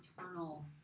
eternal